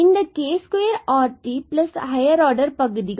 இந்த k2rt plus higher order பகுதிகள்